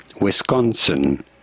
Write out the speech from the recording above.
Wisconsin